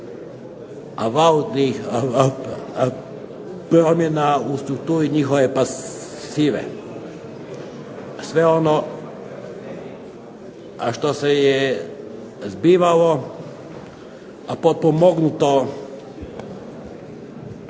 valutnih promjena u strukturi njihove pasive. Sve ono što se je zbivalo, a potpomognuto